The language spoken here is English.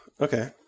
Okay